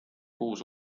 kuus